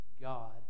God